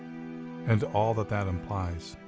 and all that that implies.